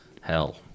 hell